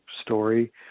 story